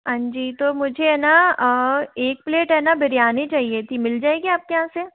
हाँ जी जी तो मुझे है ना और एक प्लेट है ना बिरयानी चाहिए थी मिल जाएगी आपके यहाँ से